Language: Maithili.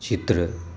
चित्र